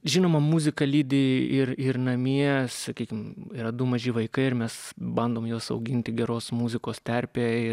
žinoma muzika lydi ir ir namie sakykim yra du maži vaikai ir mes bandom juos auginti geros muzikos terpėj